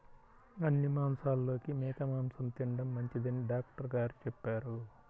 అన్ని మాంసాలలోకి మేక మాసం తిండం మంచిదని డాక్టర్ గారు చెప్పారు